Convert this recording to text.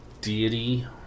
deity